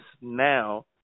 now